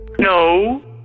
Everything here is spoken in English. No